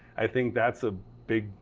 i think that's a big,